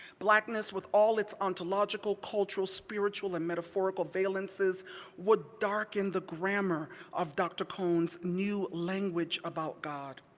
blackness, with all its ontological, cultural, spiritual, and metaphorical valances would darken the grammar of dr. cone's new language about god.